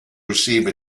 receive